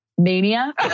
mania